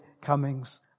comings